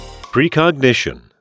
Precognition